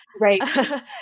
right